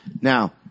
Now